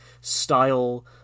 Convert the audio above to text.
style